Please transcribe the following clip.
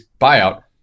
buyout